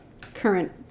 current